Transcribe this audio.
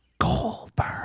Goldberg